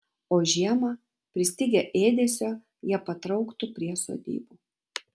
o žiemą pristigę ėdesio jie patrauktų prie sodybų